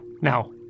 Now